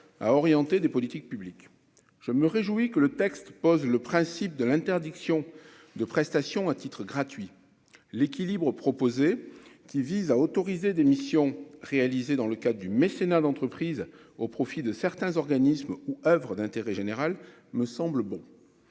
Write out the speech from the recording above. à orienter des politiques publiques, je me réjouis que le texte pose le principe de l'interdiction de prestations à titre gratuit : l'équilibre proposé qui vise à autoriser des missions réalisées dans le cas du mécénat d'entreprise au profit de certains organismes ou Oeuvres d'intérêt général, me semble bon